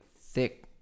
thick